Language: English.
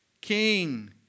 king